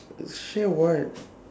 share what